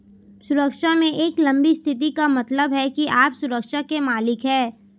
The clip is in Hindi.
सुरक्षा में एक लंबी स्थिति का मतलब है कि आप सुरक्षा के मालिक हैं